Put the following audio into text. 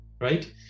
right